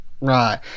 Right